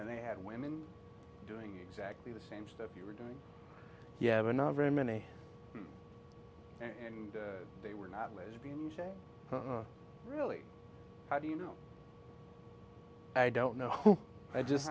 and they had women doing exactly the same stuff you were doing yeah but not very many and they were not lesbian really how do you know i don't know i just